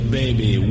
baby